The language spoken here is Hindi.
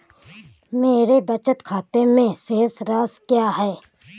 मेरे बचत खाते में शेष राशि क्या है?